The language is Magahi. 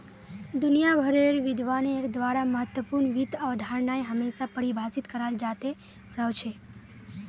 दुनिया भरेर विद्वानेर द्वारा महत्वपूर्ण वित्त अवधारणाएं हमेशा परिभाषित कराल जाते रहल छे